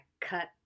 cut